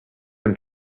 him